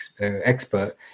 expert